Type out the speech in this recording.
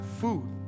food